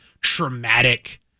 traumatic